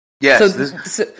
Yes